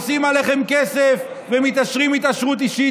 עושים עליכם כסף ומתעשרים התעשרות אישית.